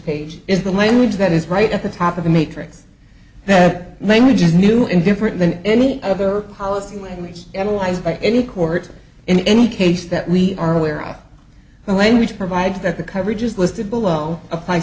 page is the language that is right at the top of the matrix that language is new and different than any other policy language analyzed by any court in any case that we are aware of the language provides that the coverage is listed below apply